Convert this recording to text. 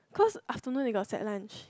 cause afternoon they got set lunch